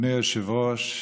אדוני היושב-ראש,